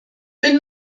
bin